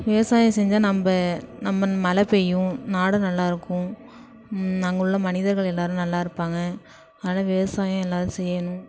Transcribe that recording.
விவசாயம் செஞ்சால் நம்ப நம்ம மழ பெய்யும் நாடும் நல்லா இருக்கும் அங்கே உள்ள மனிதர்கள் எல்லாரும் நல்லா இருப்பாங்க அதனால விவசாயம் எல்லாரும் செய்யணும்